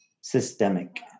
Systemic